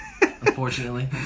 unfortunately